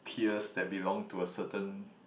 peers that belong to a certain